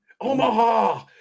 Omaha